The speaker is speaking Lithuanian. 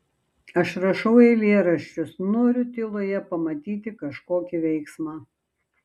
aš rašau eilėraščius noriu tyloje pamatyti kažkokį veiksmą